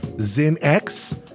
Zin-X